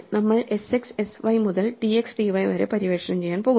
നമ്മൾ sx sy മുതൽ tx t y വരെ പര്യവേക്ഷണം ചെയ്യാൻ പോകുന്നു